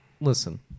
listen